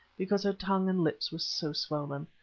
because her tongue and lips were so swollen.